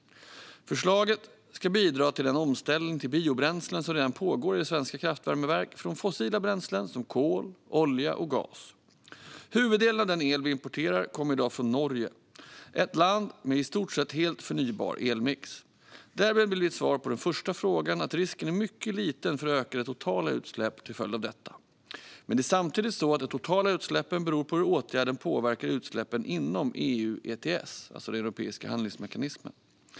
Förslaget ska bidra till den omställning till biobränslen som redan pågår i svenska kraftvärmeverk från fossila bränslen som kol, olja och gas. Huvuddelen av den el vi importerar kommer i dag från Norge. Det är ett land med en i stort sett helt förnybar elmix. Därmed blir mitt svar på den första frågan att risken är mycket liten för ökade totala utsläpp till följd av detta. Men det är samtidigt så att de totala utsläppen beror på hur åtgärden påverkar utsläppen inom EU ETS, alltså den europeiska utsläppshandelsmekanismen.